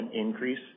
increase